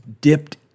dipped